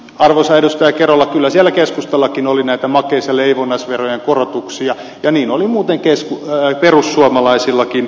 arvoisa edustaja kerola kyllä siellä keskustallakin oli näitä makeis ja leivonnaisverojen korotuksia ja niin oli muuten perussuomalaisillakin